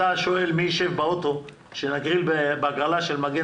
אתה שואל מי ישב ברכב שנגריל בהגרלה של מגן